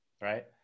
Right